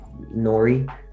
nori